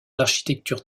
architecture